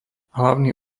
hlavný